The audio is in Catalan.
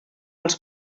els